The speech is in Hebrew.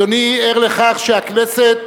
אדוני ער לכך שהכנסת,